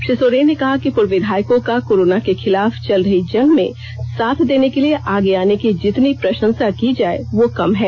श्री सोरेन ने कहा कि पूर्व विधायकों का कोरोना के खिलाफ चल रही जंग में साथ देने के लिए आगे आने की जितनी प्रशंसा की जाए वह कम है